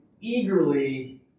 eagerly